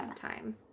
time